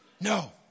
No